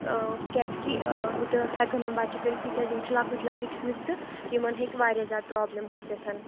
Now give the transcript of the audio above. اۭں کیازِ کہِ ہُتَہ ہیٚکَن نہٕ بَچّہِ کٔرِتھ تِکیازِ یِم چھِ لَکٕٹۍ لَکٕٹۍ شُرۍ تہٕ یِمن ہیٚکہِ واریاہ زیادٕ پرٛابلِم گٔژھِتھ